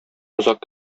озак